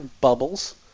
bubbles